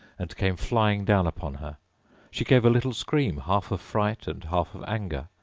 and came flying down upon her she gave a little scream, half of fright and half of anger,